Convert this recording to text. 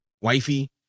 wifey